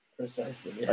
precisely